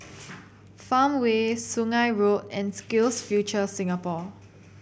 Farmway Sungei Road and SkillsFuture Singapore